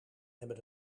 hebben